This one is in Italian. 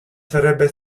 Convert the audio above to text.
sarebbe